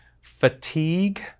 fatigue